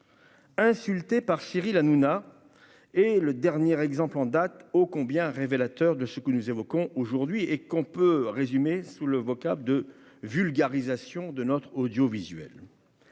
Insulté par Cyril Hanouna et le dernier exemple en date, oh combien révélateur de ce que nous évoquons aujourd'hui et qu'on peut résumer sous le vocable de vulgarisation de notre audiovisuel